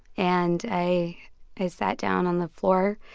and i i sat down on the floor,